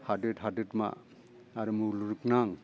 हादोर हादोदमा आर मुलुगनां